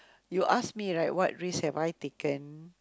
you ask me right what risk have I taken